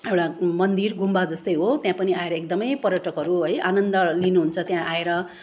एउटा मन्दिर गुम्बा जस्तै हो त्यहाँ पनि आएर एकदमै पर्यटकहरू है आनन्द लिनुहुन्छ त्यहाँ आएर